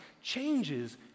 changes